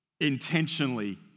Intentionally